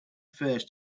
first